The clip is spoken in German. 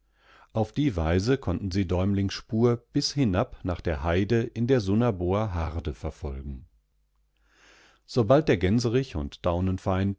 auf die weise konnten sie däumlings spur bis hinab nachderheideindersunnerboerhardeverfolgen sobald der gänserich und